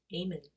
amen